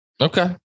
Okay